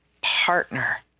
partner